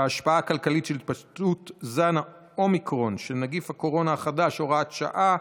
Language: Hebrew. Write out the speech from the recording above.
הכלכלית של התפשטות זן אומיקרון של נגיף הקורונה החדש (הוראת שעה),